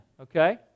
Okay